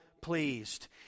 pleased